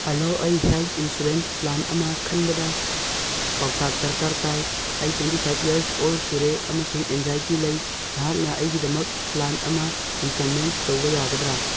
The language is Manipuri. ꯍꯜꯂꯣ ꯑꯩ ꯍꯦꯜꯠ ꯏꯟꯁꯨꯔꯦꯟꯁ ꯄ꯭ꯂꯥꯟ ꯑꯃ ꯈꯟꯕꯗ ꯄꯥꯎꯇꯥꯛ ꯗ꯭ꯔꯀꯥꯔ ꯇꯥꯏ ꯑꯩ ꯇ꯭ꯋꯦꯟꯇꯤ ꯐꯥꯏꯚ ꯏꯌꯔꯁ ꯑꯣꯜ ꯁꯨꯔꯦ ꯑꯃꯁꯨꯡ ꯑꯦꯟꯖꯥꯏꯇꯤ ꯂꯩ ꯅꯍꯥꯛꯅ ꯑꯩꯒꯤꯗꯃꯛ ꯄ꯭ꯂꯥꯟ ꯑꯃ ꯔꯤꯀꯝꯃꯦꯟ ꯇꯧꯕ ꯌꯥꯒꯗ꯭ꯔ